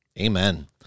amen